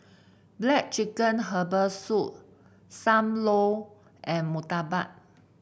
black chicken Herbal Soup Sam Lau and Murtabak